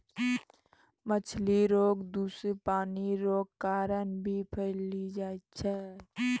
मछली रोग दूषित पानी रो कारण भी फैली जाय छै